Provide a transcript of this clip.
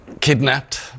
kidnapped